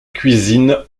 cuisine